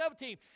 17